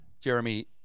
Jeremy